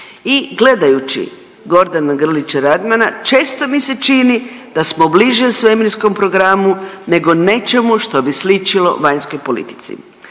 I gledajući Gordana Grlića Radmana, često mi se čini da smo bliže svemirskom programu nego nečemu što bi sličilo vanjskoj politici.